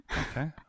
Okay